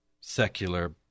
secular